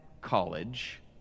college